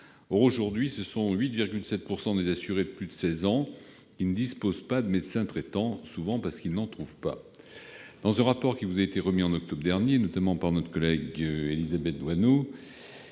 aujourd'hui, 8,7 % des assurés de plus de 16 ans ne disposent pas d'un médecin traitant, souvent parce qu'ils n'en trouvent pas. Dans un rapport qui vous a été remis en octobre dernier, notamment par notre collègue Élisabeth Doineau,